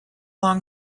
long